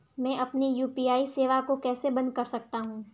मैं अपनी यू.पी.आई सेवा को कैसे बंद कर सकता हूँ?